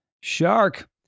Shark